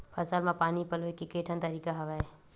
फसल म पानी पलोय के केठन तरीका हवय?